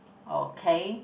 okay